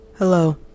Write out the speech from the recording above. hello